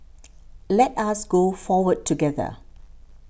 let us go forward together